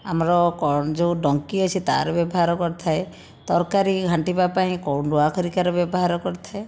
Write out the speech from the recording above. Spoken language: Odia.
ଆମର କଣ ଯେଉଁ ଡଙ୍କି ଅଛି ତାହାର ବ୍ୟବହାର କରିଥାଏ ତରକାରୀ ଘାଣ୍ଟିବା ପାଇଁ କେଉଁ ଲୁହା ଖଡ଼ିକାର ବ୍ୟବହାର କରିଥାଏ